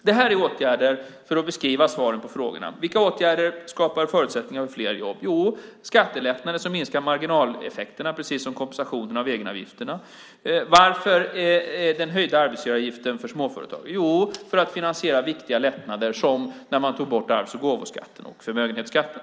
Det här är åtgärder, för att svara på frågorna, som skapar förutsättningar för fler jobb: Skattelättnader som minskar marginaleffekterna, precis som kompensationen för egenavgifterna. Varför den höjda arbetsgivaravgiften för småföretag? Jo, för att finansiera viktiga lättnader, precis som när man tog bort arvs och gåvoskatten och förmögenhetsskatten.